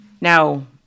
Now